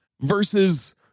versus